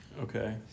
Okay